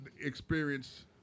experience